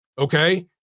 okay